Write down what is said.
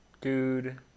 Dude